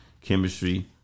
chemistry